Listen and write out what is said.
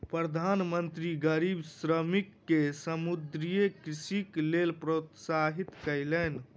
प्रधान मंत्री गरीब श्रमिक के समुद्रीय कृषिक लेल प्रोत्साहित कयलैन